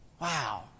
Wow